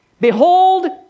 Behold